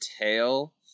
tail